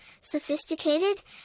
sophisticated